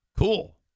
cool